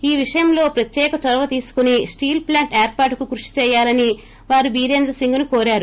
ఈ విషయంలో ప్రత్యేక చొరవోతీసుకుని స్టీల్ ప్లాంట్ ఏర్పాటు కు కృషి చేయాలని వారు బీరేంద్రసింగ్ను కోరారు